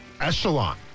echelon